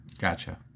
Gotcha